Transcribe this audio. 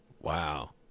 Wow